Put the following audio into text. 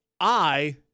I-